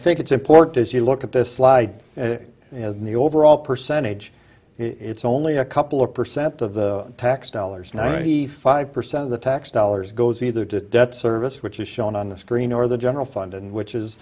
think it's important as you look at this slide in the overall percentage it's only a couple of percent of the tax dollars ninety five percent of the tax dollars goes either to debt service which is shown on the screen or the general fund and which is